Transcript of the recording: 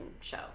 show